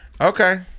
okay